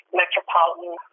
metropolitan